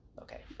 Okay